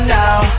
now